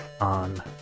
on